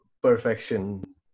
perfection